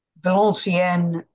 Valenciennes